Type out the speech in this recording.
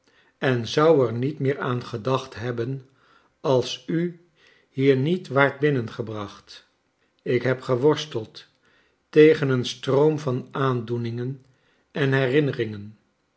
en zou er niet meer aan gedacht hebben als u hier niet waart binnengebracht ik heb geworsteld tegen een stroom van aandoeningen en herinneringen